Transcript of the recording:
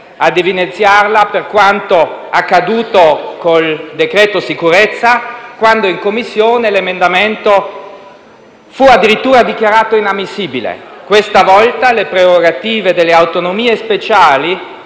a evidenziarla per quanto accaduto con il decreto sicurezza, quando in Commissione l'emendamento fu addirittura dichiarato inammissibile. Questa volta le prerogative delle autonomie speciali